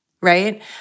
right